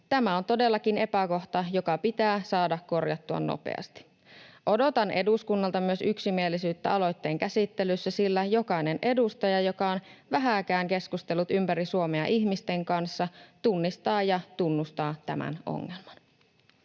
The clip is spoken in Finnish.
Tämä on todellakin epäkohta, joka pitää saada korjattua nopeasti. Odotan eduskunnalta myös yksimielisyyttä aloitteen käsittelyssä, sillä jokainen edustaja, joka on vähääkään keskustellut ympäri Suomea ihmisten kanssa, tunnistaa ja tunnustaa tämän ongelman.